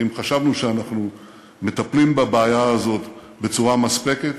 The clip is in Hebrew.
ואם חשבנו שאנחנו מטפלים בבעיה הזאת בצורה מספקת,